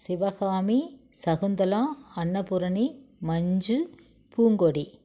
Sivakami Shakuntala Annapoorani Manju Poongodi